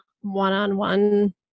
one-on-one